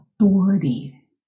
authority